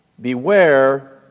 beware